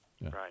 Right